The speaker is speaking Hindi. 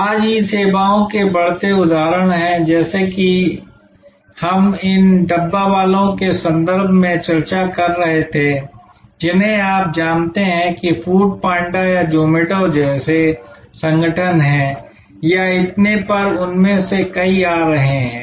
आज ई सेवाओं के बढ़ते उदाहरण हैं जैसे कि हम उन डब्बावालों के संदर्भ में चर्चा कर रहे थे जिन्हें आप जानते हैं कि फूड पांडा या ज़ोमैटो जैसे संगठन हैं या इतने पर उनमें से कई आ रहे हैं